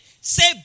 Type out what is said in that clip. say